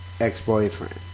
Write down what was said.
ex-boyfriend